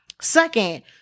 Second